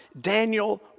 Daniel